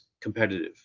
competitive